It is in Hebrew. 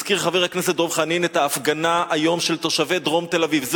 הזכיר חבר הכנסת דב חנין את ההפגנה של תושבי דרום תל-אביב היום.